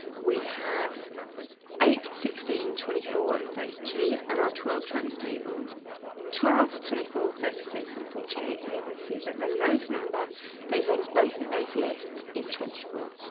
we have eight sixteen twenty four and thirty two and our twelve times table twelve twenty four thirty six and forty eight and we can see that the lowest number that is on both of those lists is twenty four